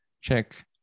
check